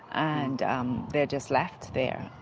and um they're just left there.